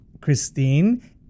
Christine